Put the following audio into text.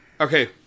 Okay